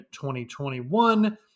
2021